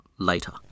later